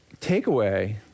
takeaway